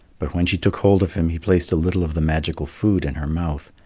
but when she took hold of him, he placed a little of the magical food in her mouth,